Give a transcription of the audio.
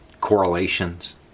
correlations